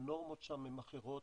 הנורמות שם הן אחרות,